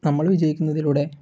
നമ്മൾ വിജയിക്കുന്നതിലൂടെ